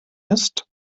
ist